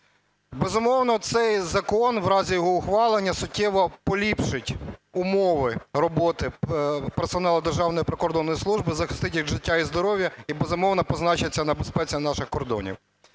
Безумовно, цей закон у разі його ухвалення суттєво поліпшить умови роботи персоналу Державної прикордонної служби, захистить їх життя і здоров'я і, безумовно, позначиться на безпеці наших кордонів.